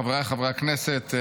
חבריי חברי הכנסת,